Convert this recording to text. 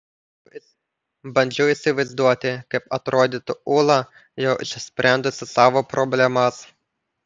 bandžiau įsivaizduoti kaip atrodytų ūla jau išsprendusi savo problemas